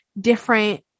different